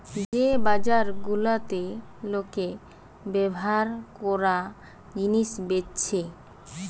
যে বাজার গুলাতে লোকে ব্যভার কোরা জিনিস বেচছে